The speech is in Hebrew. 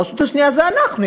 הרשות השנייה זה אנחנו,